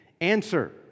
Answer